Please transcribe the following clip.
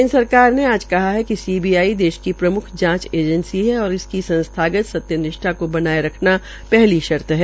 केन्द्र सरकार ने आज कहा है कि सीबीआई देश की प्रम्ख जांच एजेंसी है और इसकी संस्थागत सत्यनिष्ठावान को बनाये रखना पहली शर्त है